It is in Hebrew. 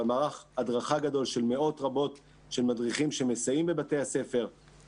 מערך הדרכה גדול של מאות רבות של מדריכים שמסייעים בבתי הספר,